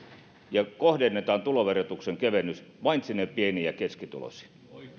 ja se että kohdennetaan tuloverotuksen kevennys vain sinne pieni ja keskituloisiin